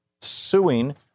suing